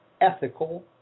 ethical